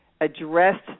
addressed